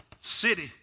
city